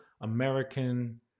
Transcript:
American